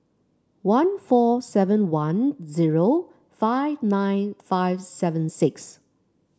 one four seven one zero five nine five seven six